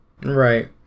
Right